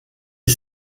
est